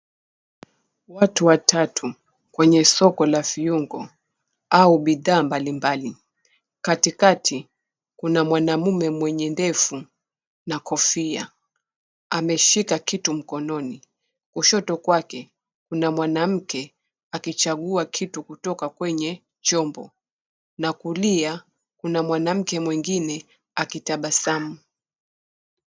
Watu watatu kwenye soko la viuongo au bidhaa mbalimbali. Katikati kuna mwanaume mwenye ndevu na kofia. Ameshika kitu mkononi. Kushoto kwake kuna mwanamke akichagua kitu kutoka kwenye chombo na kulia kuna mwanamke mwingine akitabasamu.